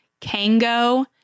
Kango